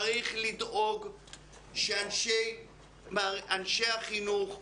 צריך לדאוג שאנשי החינוך,